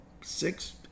six